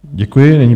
Děkuji.